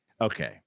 okay